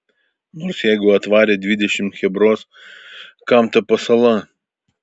nors jeigu atvarė dvidešimt chebros kam ta pasala